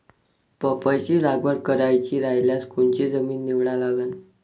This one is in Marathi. पपईची लागवड करायची रायल्यास कोनची जमीन निवडा लागन?